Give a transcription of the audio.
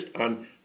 on